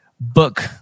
book